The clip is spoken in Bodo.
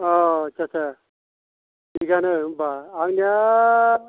औ आथसा आथसा थिगानो होमबा आंनिया